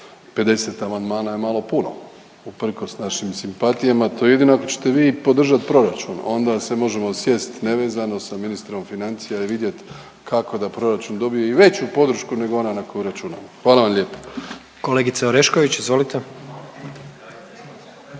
50 amandmana je malo puno, toliko s našim simpatijama. To jedino ako ćete vi podržat proračun, onda se možemo sjest nevezano sa ministrom financija i vidjet kako da proračun dobije i veću podršku nego onu na koju računamo. Hvala vam lijepo. **Jandroković, Gordan